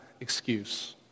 excuse